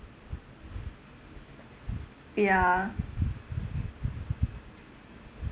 ya